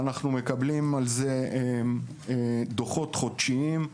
אנחנו מקבלים על זה דוחות חודשיים.